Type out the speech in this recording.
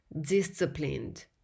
DISCIPLINED